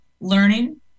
learning